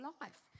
life